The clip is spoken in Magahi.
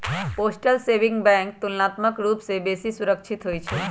पोस्टल सेविंग बैंक तुलनात्मक रूप से बेशी सुरक्षित होइ छइ